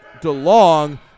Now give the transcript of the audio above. DeLong